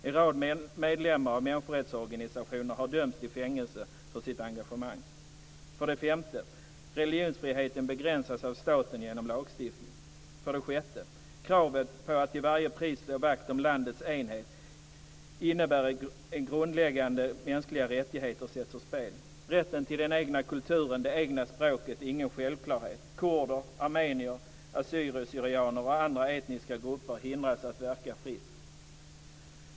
En rad medlemmar i människorättsorganisationer har dömts till fängelse för sitt engagemang. För det femte: Religionsfriheten begränsas av staten genom lagstiftning. För det sjätte: Kravet på att till varje pris slå vakt om landets enhet innebär att grundläggande mänskliga rättigheter sätts ur spel. Rätten till den egna kulturen, det egna språket är ingen självklarhet. Kurder, armenier, assyrier, syrianer och andra etniska grupper hindras att verka fritt.